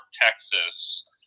Texas